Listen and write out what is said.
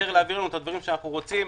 להעביר לנו את הדברים שאנחנו רוצים,